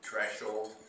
threshold